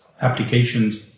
applications